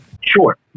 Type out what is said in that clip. Sure